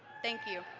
thank you.